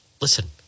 listen